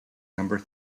number